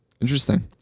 Interesting